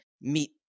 meet